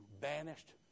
banished